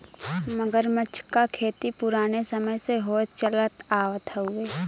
मगरमच्छ क खेती पुराने समय से होत चलत आवत हउवे